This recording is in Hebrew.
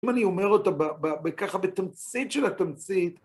אם אני אומר אותה ככה בתמצית של התמצית...